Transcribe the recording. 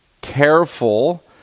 careful